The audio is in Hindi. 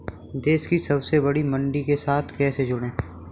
देश की सबसे बड़ी मंडी के साथ कैसे जुड़ें?